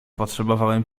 potrzebowałem